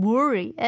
Worry